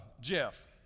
Jeff